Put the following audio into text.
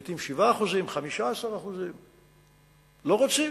לעתים 7%, 15%. לא רוצים,